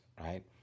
right